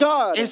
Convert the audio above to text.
God